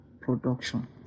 production